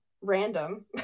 random